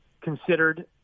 considered